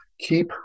keep